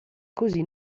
così